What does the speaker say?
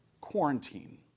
quarantine